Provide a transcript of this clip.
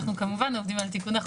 אנחנו כמובן עובדים על תיקוני חוק.